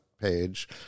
page